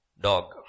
dog